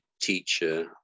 teacher